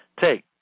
Take